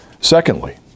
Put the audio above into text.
Secondly